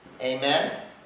Amen